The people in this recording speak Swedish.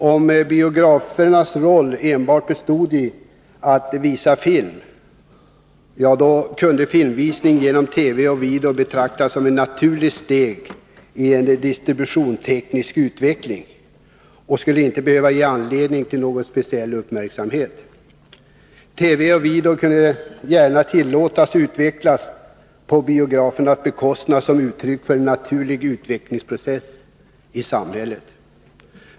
Om biografernas roll enbart bestod i att visa film, kunde filmvisning genom TV och video betraktas som naturliga steg i en distributionsteknisk utveckling och inte behöva ge anledning till någon speciell uppmärksamhet. TV och video kunde gärna tillåtas utvecklas på biografernas bekostnad som uttryck för en naturlig utvecklingsprocess i samhället.